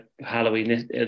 Halloween